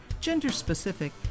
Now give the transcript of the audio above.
gender-specific